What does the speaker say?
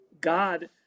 God